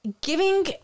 Giving